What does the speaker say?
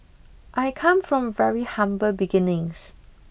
I come from very humble beginnings